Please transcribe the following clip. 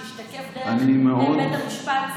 שישתקף דרך בית המשפט,